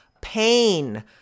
pain